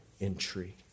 entry